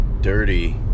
dirty